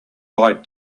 lied